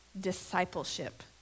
discipleship